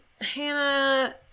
Hannah